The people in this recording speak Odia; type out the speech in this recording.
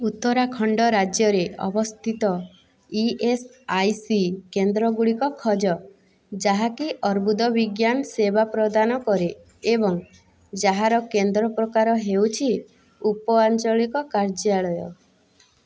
ଉତ୍ତରାଖଣ୍ଡ ରାଜ୍ୟରେ ଅବସ୍ଥିତ ଇ ଏସ୍ ଆଇ ସି କେନ୍ଦ୍ର ଗୁଡ଼ିକ ଖୋଜ ଯାହାକି ଅର୍ବୁଦବିଜ୍ଞାନ ସେବା ପ୍ରଦାନ କରେ ଏବଂ ଯାହାର କେନ୍ଦ୍ର ପ୍ରକାର ହେଉଛି ଉପଆଞ୍ଚଳିକ କାର୍ଯ୍ୟାଳୟ